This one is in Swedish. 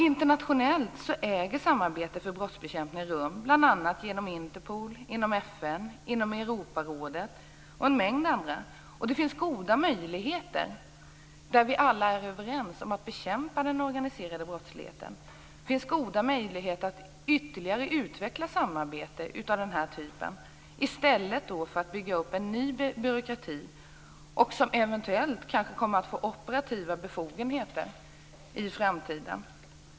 Internationellt äger samarbete för brottsbekämpning rum bl.a. genom Interpol, inom FN, inom Europarådet och en mängd andra organ där vi alla är överens om att bekämpa den organiserade brottsligheten. Det finns goda möjligheter att ytterligare utveckla samarbete av den här typen, i stället för att bygga upp en ny byråkrati som eventuellt kommer att få operativa befogenheter i framtiden.